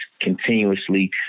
continuously